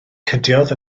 cydiodd